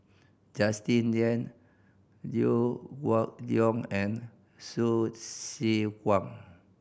Justin Lean Liew Geok Leong and Hsu Tse Kwang